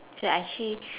so actually